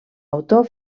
autor